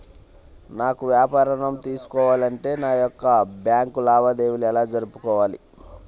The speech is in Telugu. నాకు వ్యాపారం ఋణం తీసుకోవాలి అంటే నా యొక్క బ్యాంకు లావాదేవీలు ఎలా జరుపుకోవాలి?